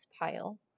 pile